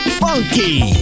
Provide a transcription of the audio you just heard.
funky